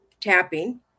tapping